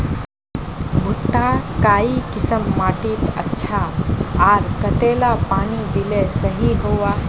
भुट्टा काई किसम माटित अच्छा, आर कतेला पानी दिले सही होवा?